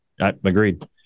Agreed